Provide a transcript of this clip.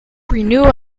renew